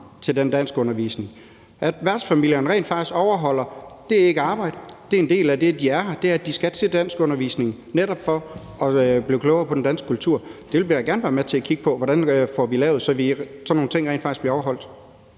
til den danskundervisning, og at værtsfamilierne rent faktisk overholder det. Det er ikke arbejde; det er en del af det, at de er her, at de skal til danskundervisning for netop at blive klogere på den danske kultur. Der vil jeg gerne være med til at kigge på, hvordan vi får lavet det, så sådan nogle ting rent faktisk bliver overholdt.